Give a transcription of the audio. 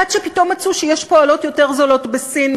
עד שפתאום מצאו שיש פועלות יותר זולות בסין,